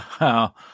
Wow